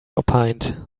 opined